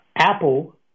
Apple